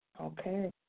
Okay